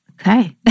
Okay